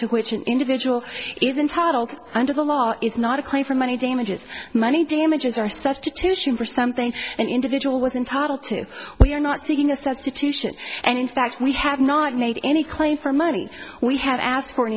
to which an individual is entitled under the law is not a claim for money damages money damages or substitution for something an individual was entitled to we are not seeking a substitution and in fact we have not made any claim for money we have asked for an